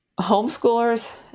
Homeschoolers